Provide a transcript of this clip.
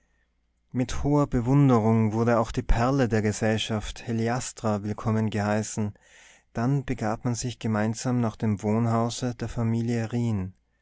mit hoher bewunderung wurde auch die perle der gesellschaft heliastra willkommen geheißen dann begab man sich gemeinsam nach dem wohnhause der familie rijn